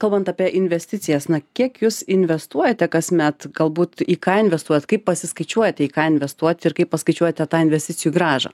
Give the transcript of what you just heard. kalbant apie investicijas na kiek jūs investuojate kasmet galbūt į ką investuot kaip pasiskaičiuoti į ką investuoti ir kaip paskaičiuoti tą investicijų grąžą